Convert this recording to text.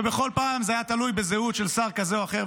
ובכל פעם זה היה תלוי בזהות של שר כזה או אחר,